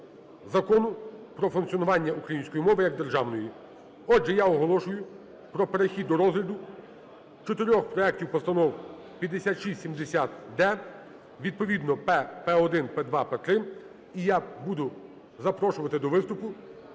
Закону "Про функціонування української мови як державної". Отже, я оголошую про перехід до розгляду чотирьох проектів постанов 5670-д, відповідно П, П1, П2, П3. І я буду запрошувати до виступу